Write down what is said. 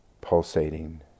pulsating